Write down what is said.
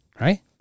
Right